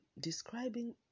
describing